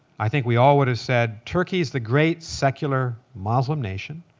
i think we all would have said turkey's the great secular muslim nation.